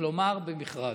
כלומר במכרז.